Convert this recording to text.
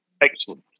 Excellent